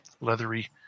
leathery